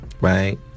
right